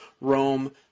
Rome